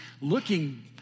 looking